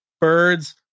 Birds